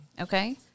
Okay